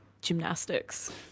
gymnastics